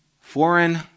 foreign